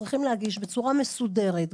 צריכים להגיש בצורה מסודרת,